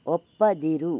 ಒಪ್ಪದಿರು